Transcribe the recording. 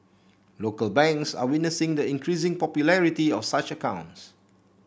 local banks are witnessing the increasing popularity of such accounts